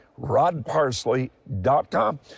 rodparsley.com